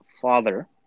father